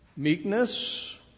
Meekness